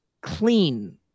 clean